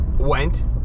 went